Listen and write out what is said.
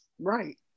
Right